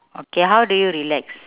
okay how do you relax